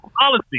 policy